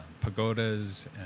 pagodas